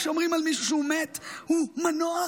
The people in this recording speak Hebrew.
כשאומרים על מישהו שהוא מת, הוא מנוח?